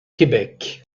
québec